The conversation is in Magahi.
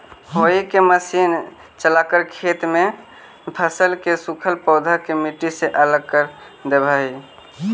हेई रेक मशीन चलाकर खेत में फसल के सूखल पौधा के मट्टी से अलग कर देवऽ हई